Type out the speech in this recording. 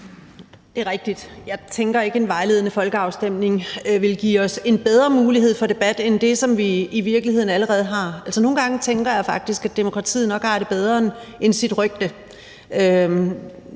Det er rigtigt: Jeg tænker ikke, at en vejledende folkeafstemning vil give os en bedre mulighed for debat end det, som vi i virkeligheden allerede har. Altså, nogle gange tænker jeg faktisk, at demokratiet nok har det bedre end sit rygte.